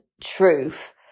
truth